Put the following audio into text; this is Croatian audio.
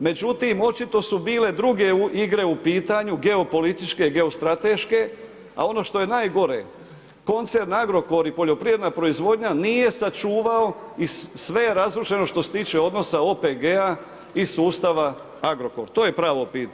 međutim, očito su bile druge igre u pitanju geopolitičke, geostrateške, a ono što je najgore, koncern Agrokor i poljoprivredna proizvodnja nije sačuvao iz sve je razrušeno što se tiče odnosa OPG-a i sustava Agrokor, to je pravo pitanje.